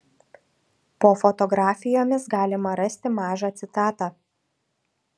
po fotografijomis galima rasti mažą citatą